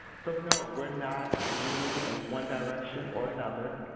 so no, we're not leaning in one direction or another.